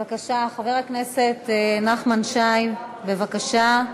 חבר הכנסת נחמן שי, בבקשה.